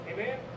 Amen